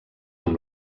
amb